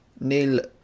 Neil